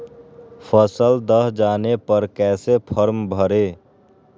फसल दह जाने पर कैसे फॉर्म भरे?